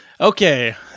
Okay